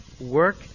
work